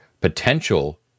potential